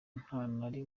ntari